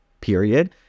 period